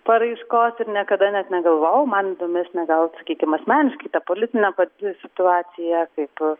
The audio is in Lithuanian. paraiškos ir niekada net negalvojau man įdomesnė gal sakykim asmeniškai ta politinė pati situacija kaip